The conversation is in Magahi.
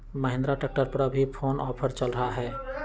महिंद्रा ट्रैक्टर पर अभी कोन ऑफर चल रहा है?